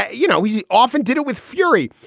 ah you know, he often did it with fury,